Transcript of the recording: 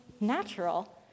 natural